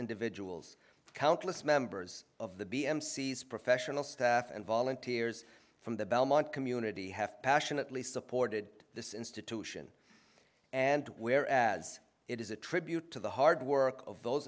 individuals countless members of the b m c s professional staff and volunteers from the belmont community have passionately supported this institution and where as it is a tribute to the hard work of those